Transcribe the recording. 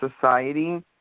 society